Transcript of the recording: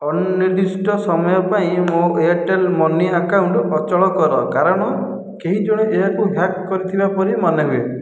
ଅନିର୍ଦ୍ଦିଷ୍ଟ ସମୟ ପାଇଁ ମୋ ଏୟାର୍ଟେଲ୍ ମନି ଆକାଉଣ୍ଟ ଅଚଳ କର କାରଣ କେହି ଜଣେ ଏହାକୁ ହ୍ୟାକ୍ କରିଥିବା ପରି ମନେ ହୁଏ